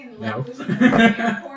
No